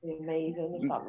Amazing